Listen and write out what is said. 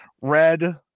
red